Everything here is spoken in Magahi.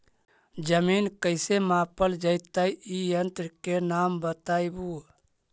जमीन कैसे मापल जयतय इस यन्त्र के नाम बतयबु?